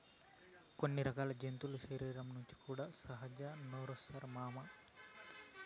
కొన్ని రకాల జంతువుల శరీరం నుంచి కూడా సహజ నారొస్తాది మామ